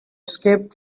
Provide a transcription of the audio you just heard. escape